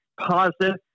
positive